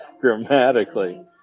grammatically